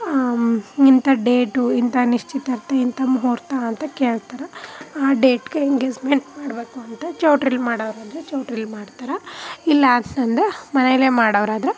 ಇಂಥ ಡೇಟು ಇಂಥ ನಿಶ್ಚಿತಾರ್ಥ ಇಂಥ ಮುಹೂರ್ತ ಅಂತ ಕೇಳ್ತಾರೆ ಆ ಡೇಟಿಗೆ ಎಂಗೇಸ್ಮೆಂಟ್ ಮಾಡಬೇಕು ಅಂತ ಚೌಲ್ಟ್ರಿಲಿ ಮಾಡೊವರಾದ್ರೆ ಚೌಲ್ಟ್ರಿಲಿ ಮಾಡ್ತಾರೆ ಇಲ್ಲ ಅಂತಂದ್ರೆ ಮನೇಲೇ ಮಾಡೋವ್ರಾದ್ರೆ